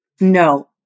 No